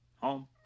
home